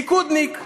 ליכודניק.